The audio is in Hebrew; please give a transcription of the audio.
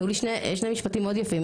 היו לי שני משפטים מאוד יפים,